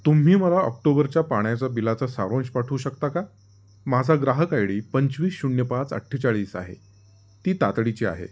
तुम्ही मला ऑक्टोबरच्या पाण्याच्या बिलाचा सारांश पाठवू शकता का माझा ग्राहक आय डी पंचवीस शून्य पाच अठ्ठेचाळीस आहे ती तातडीची आहे